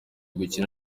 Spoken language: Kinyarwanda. gukina